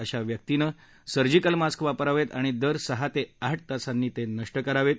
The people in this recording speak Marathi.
अशा व्यक्तीनं सर्जिकल मास्क वापरावेत आणि दर सहा ते आठ तासांनी ते नष्ट करावेत